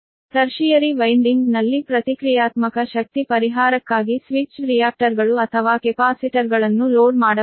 'tertiary winding ನಲ್ಲಿ ಪ್ರತಿಕ್ರಿಯಾತ್ಮಕ ಶಕ್ತಿ ಪರಿಹಾರಕ್ಕಾಗಿ ಸ್ವಿಚ್ಡ್ ರಿಯಾಕ್ಟರ್ಗಳು ಅಥವಾ ಕೆಪಾಸಿಟರ್ಗಳನ್ನು ಲೋಡ್ ಮಾಡಬಹುದು